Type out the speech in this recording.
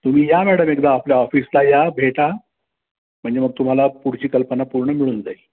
तुम्ही या मॅडम एकदा आपल्या ऑफिसला या भेटा म्हणजे मग तुम्हाला पुढची कल्पना पूर्ण मिळून जाईल